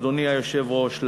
אדוני היושב-ראש,